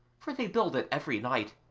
for they build it every night,